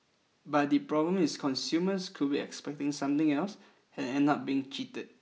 but the problem is consumers could be expecting something else and end up being cheated